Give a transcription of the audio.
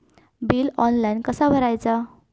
Bill online कसा भरायचा?